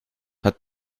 hat